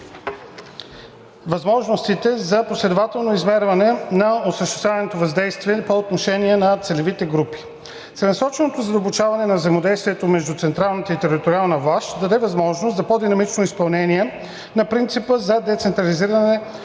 възможностите за последващото измерване на осъщественото въздействие по отношение на целевите групи. Целенасоченото задълбочаване на взаимодействието между централната и териториалната власт ще даде възможност за по-динамично изпълнение на принципа за децентрализиране на младежката